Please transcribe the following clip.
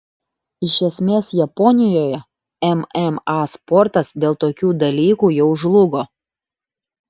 iš esmės japonijoje mma sportas dėl tokių dalykų jau žlugo